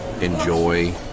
enjoy